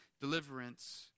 deliverance